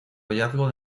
hallazgo